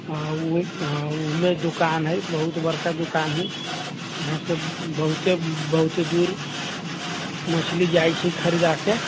हँ ओहिमे दोकान हय बहुत बड़का दोकान हय इहाँ से बहुते बहुते दूर मछली जाइ छै खरीदा के